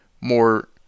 more